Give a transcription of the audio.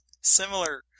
similar